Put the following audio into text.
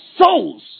souls